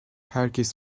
herkes